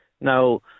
Now